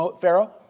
Pharaoh